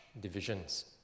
divisions